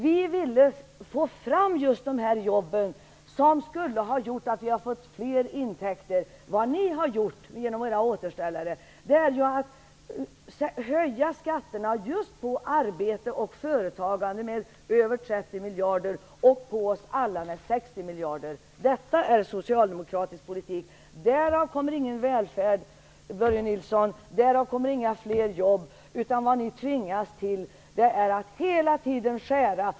Vi ville få fram jobb som skulle ha gjort att vi fick ökade intäkter. Vad ni genom era återställare har åstadkommit är att skatterna på just arbete och företagande har höjts med mer än 30 miljarder kronor. För oss alla har skatterna höjts med 60 miljarder kronor. Detta är socialdemokratisk politik, men därav kommer ingen välfärd och inga fler jobb! Vad ni i stället tvingas till är att hela tiden skära.